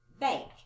Bank